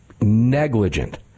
negligent